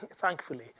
thankfully